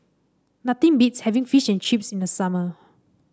nothing beats having Fish and Chips in the summer